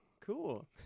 cool